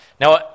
Now